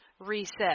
reset